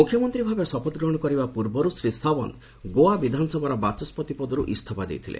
ମୁଖ୍ୟମନ୍ତ୍ରୀ ଭାବେ ଶପଥ ଗ୍ରହଣ କରିବା ପୂର୍ବରୁ ଶ୍ରୀ ସାଓ୍ୱନ୍ତ ଗୋଆ ବିଧାନସଭାର ବାଚସ୍କତି ପଦରୁ ଇସ୍ତଫା ଦେଇଥିଲେ